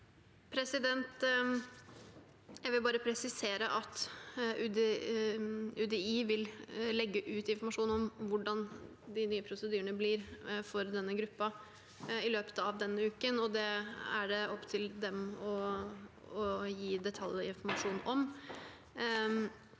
Jeg vil bare presi- sere at UDI vil legge ut informasjon om hvordan de nye prosedyrene blir for denne gruppen, i løpet av denne uken. Det er det opp til dem å gi detaljer og informasjon om.